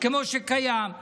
כמו שקיים,